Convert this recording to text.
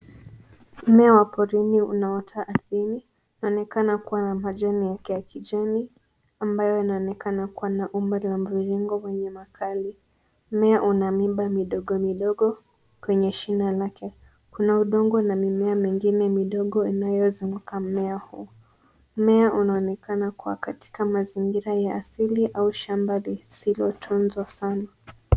Mmea wa porini unaota ardhini. Unaonekana kua na majani yake ya kijani ambayo inaonekana kua na umbo la mviringo wenye makali. Mmea una mimba midogo, midogo kwenye shina lake. Kuna udongo na mimea mengine midogo inayozunguka mmea huu. Mmea unaonekana kua katika mazingira ya asili au shamba lisilotunzwa sana.